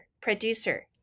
producer